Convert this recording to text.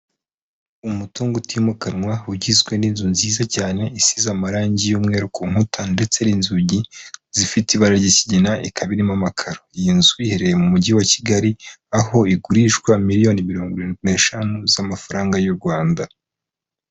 Umutungo utimukanwa ugizwe n'inzu nziza cyane isize amarangi y'umweru ku nkuta ndetse n'inzugi zifite ibara ry'ikigina ikaba irimo amakaro iyi nzu iherereye mu mujyi wa Kigali aho igurishwa miliyoni mirongwrindwi neshanu z'amafaranga y'u Rwanda.